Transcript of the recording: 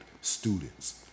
students